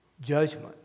judgment